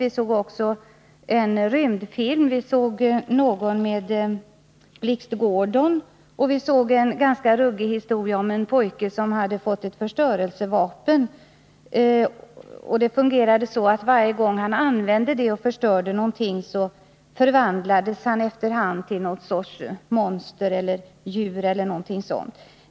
Vi såg också en rymdfilm, en film med Blixt Gordon och en ganska ruggig historia om en pojke som hade fått ett förstörelsevapen. Vapnet fungerade så, att varje gång pojken använde vapnet för att förstöra någonting, förvandlades han efter hand till någon sorts monster eller djur.